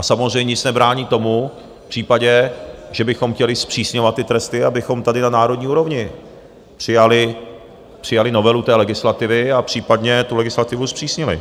Samozřejmě nic nebrání tomu v případě, že bychom chtěli zpřísňovat tresty, abychom tady na národní úrovni přijali novelu legislativy a případně legislativu zpřísnili.